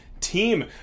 team